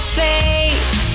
face